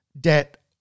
debt